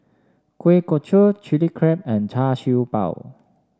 Kuih Kochi Chilli Crab and Char Siew Bao